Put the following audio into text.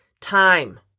time